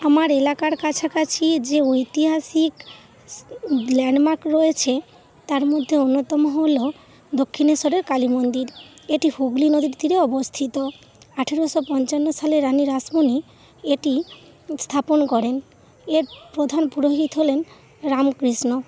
আমার এলাকার কাছাকাছি যে ঐতিহাসিক ল্যান্ডমার্ক রয়েছে তার মধ্যে অন্যতম হল দক্ষিণেশ্বরের কালী মন্দির এটি হুগলী নদীর তীরে অবস্থিত আঠেরোশো পঞ্চান্ন সালে রানি রাসমনি এটি স্থাপন করেন এর প্রধান পুরোহিত হলেন রামকৃষ্ণ